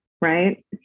right